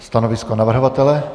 Stanovisko navrhovatele?